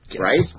Right